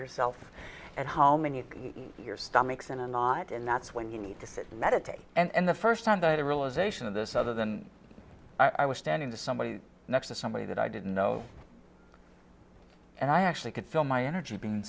yourself at home and you hear stomachs and i'm not and that's when you need to sit meditate and the first time that a realisation of this other than i was standing to somebody next to somebody that i didn't know and i actually could feel my energy being